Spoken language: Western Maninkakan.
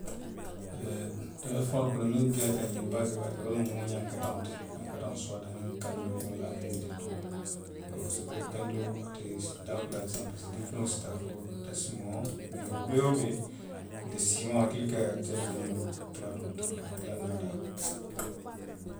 Eee domofeŋolu kono miŋ diiyaata nňe baake baake wo lemu ňankataŋo ti.ňankataŋo suwaati aniŋ kanjoo walla aniŋ netetuo. Iyoo see were kanjoo ate daa koleyaata saayiŋ parisiko a diŋ kiliŋo se taa fo dalasi muwaŋ. Mee wo bee woo bee nte suuwaŋ ate le ka diiyaa nňe nuŋ palaa doolu ti kuwaa walla naadaa